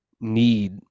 need